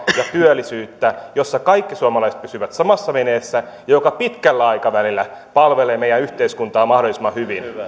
ja työllisyyttä että kaikki suomalaiset pysyvät samassa veneessä ja että se pitkällä aikavälillä palvelee meidän yhteiskuntaamme mahdollisimman hyvin